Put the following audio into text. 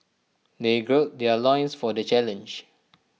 they gird their loins for the challenge